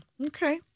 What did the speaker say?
Okay